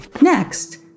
Next